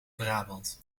brabant